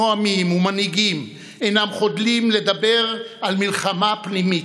נואמים ומנהיגים אינם חדלים לדבר על מלחמה פנימית.